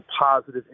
positive